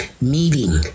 meeting